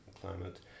climate